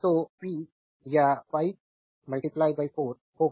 तो पी या 5 4 होगा